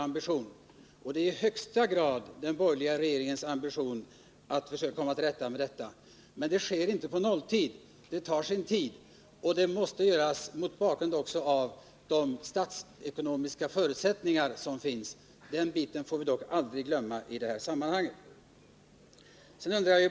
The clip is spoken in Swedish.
Den borgerliga regeringens ambition är i högsta grad att försöka lösa problemen. Men det sker inte på nolltid, utan det tar sin tid. Det måste göras mot bakgrund av de statsekonomiska förutsättningarna. Den biten får vi aldrig glömma i detta sammanhang.